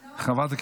לסוף, בבקשה?